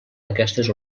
aquestes